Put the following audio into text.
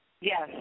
Yes